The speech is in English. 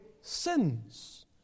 sins